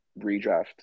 redraft